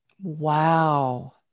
Wow